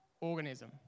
organism